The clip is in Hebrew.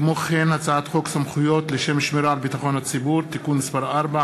הצעת חוק סמכויות לשם שמירה על ביטחון הציבור (תיקון מס' 4),